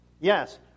Yes